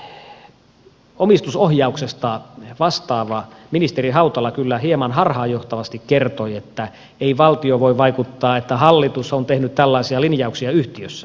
minusta omistusohjauksesta vastaava ministeri hautala kyllä hieman harhaanjohtavasti kertoi että ei valtio voi vaikuttaa että hallitus on tehnyt tällaisia linjauksia yhtiössä